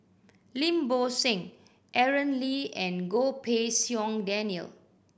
Lim Bo Seng Aaron Lee and Goh Pei Siong Daniel